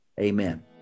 Amen